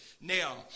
Now